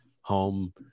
home